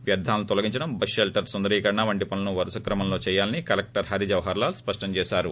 వ్యర్థాలు తొలగించడం bus shelter సుందరీకరణ వంటి పనులు వరుస క్రమంలో చేయాలని కలెక్లర్ హరి జవహర్ లాల్ స్పష్టంచేశారు